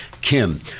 Kim